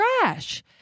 trash